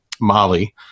Molly